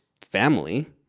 family